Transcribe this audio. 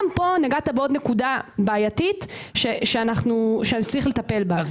גם פה נגעת בעוד נקודה בעייתית שצריך לטפל בה.